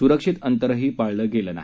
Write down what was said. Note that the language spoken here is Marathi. सुरक्षित अंतरही पाळलं गेलं नाही